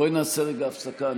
בואי נעשה רגע הפסקה,